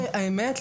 האמת,